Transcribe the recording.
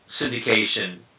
syndication